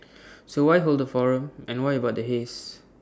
so why hold forum and why about the haze